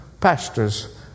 pastors